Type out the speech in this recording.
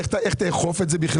איך תאכוף את זה בכלל?